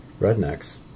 rednecks